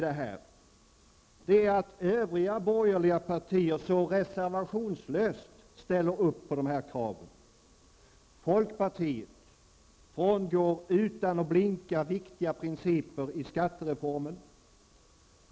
Det nya är att övriga borgerliga partier så reservationslöst ställer upp på dessa krav. Folkpartiet frångår utan att blinka viktiga principer i skattereformen.